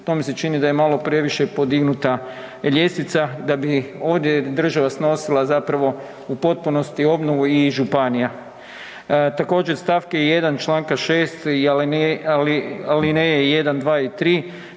to mi se čini da je malo previše podignuta ljestvica, da bi ovdje država snosila zapravo u potpunosti obnovu i županija. Također stavak 1. čl. 6 i alineje 1., 2. i 3.,